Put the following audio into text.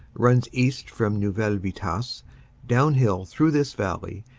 runs east from neuville vitasse downhill through this valley,